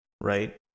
right